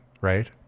right